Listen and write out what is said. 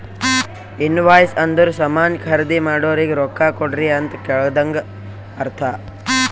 invoice ಅಂದುರ್ ಸಾಮಾನ್ ಖರ್ದಿ ಮಾಡೋರಿಗ ರೊಕ್ಕಾ ಕೊಡ್ರಿ ಅಂತ್ ಕಳದಂಗ ಅರ್ಥ